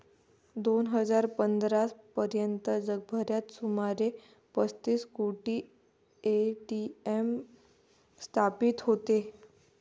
दोन हजार पंधरा पर्यंत जगभरात सुमारे पस्तीस कोटी ए.टी.एम स्थापित होते